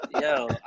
Yo